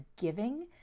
giving